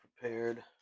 prepared